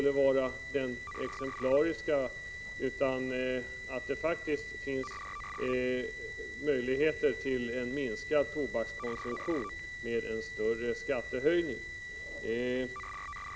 Det finns faktiskt möjligheter till en minskad tobakskonsumtion genom en större skattehöjning.